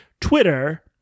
Twitter